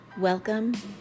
welcome